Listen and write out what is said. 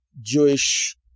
Jewish